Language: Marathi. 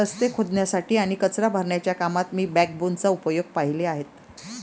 रस्ते खोदण्यासाठी आणि कचरा भरण्याच्या कामात मी बॅकबोनचा उपयोग पाहिले आहेत